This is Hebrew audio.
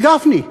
אומר גפני.